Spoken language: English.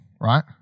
right